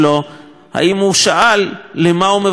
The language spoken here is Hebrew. האם הוא שאל למה הוא מברך את עם ישראל?